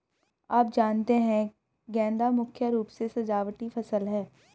आप जानते ही है गेंदा मुख्य रूप से सजावटी फसल है